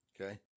Okay